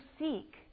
seek